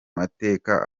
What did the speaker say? mateka